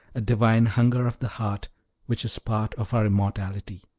a divine hunger of the heart which is part of our immortality.